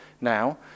now